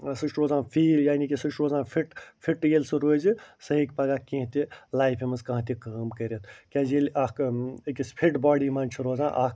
ٲں سُہ چھُ روزان یعنی کہِ سُہ چھُ روزان فِٹ فٹ ییٚلہِ سُہ روزِ سُہ ہیٚکہِ پگاہ کیٚنٛہہ تہِ لایفہِ منٛز کانٛہہ تہِ کٲم کٔرِتھ کیٛازِ ییٚلہِ اَکھ أکِس فِٹ باڈی منٛز چھُ روزان اَکھ